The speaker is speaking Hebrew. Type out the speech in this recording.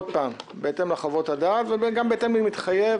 שוב, בהתאם לחוות הדעת וגם בהתאם למתחייב